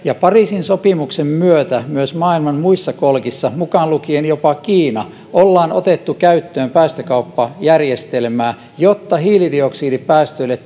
pariisin sopimuksen myötä myös maailman muissa kolkissa mukaan lukien jopa kiina ollaan otettu käyttöön päästökauppajärjestelmää jotta hiilidioksidipäästöille